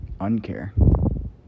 uncare